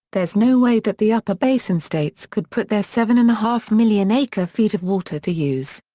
there's no way that the upper basin states could put their seven and a half million acre feet of water to use.